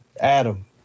Adam